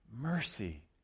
Mercy